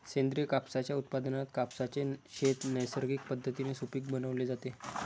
सेंद्रिय कापसाच्या उत्पादनात कापसाचे शेत नैसर्गिक पद्धतीने सुपीक बनवले जाते